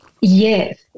Yes